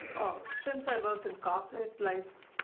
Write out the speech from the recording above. oh, since i worked in corporate life,